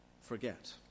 forget